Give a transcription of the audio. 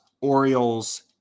Orioles